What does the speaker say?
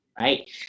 right